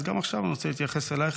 אז גם עכשיו אני רוצה להתייחס אלייך.